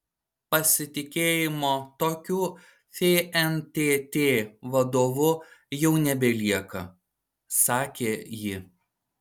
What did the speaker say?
pasitikėjimo tokiu fntt vadovu jau nebelieka sakė ji